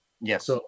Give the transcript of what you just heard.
Yes